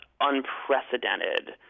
unprecedented